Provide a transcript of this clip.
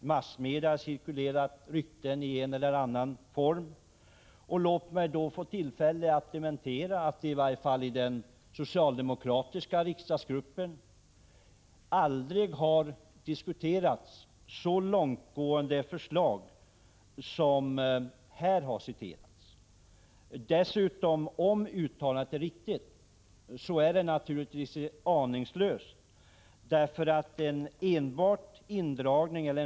Det har cirkulerat rykten bl.a. i massmedia. Låt mig få tillfälle att dementera ryktena. I den socialdemokratiska riksdagsgruppen har det aldrig diskuterats så långtgående förslag som det här har sagts. Om det är riktigt att detta uttalande gjorts så är det aningslöst.